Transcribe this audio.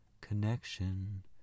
Connection